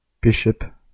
Bishop